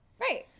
Right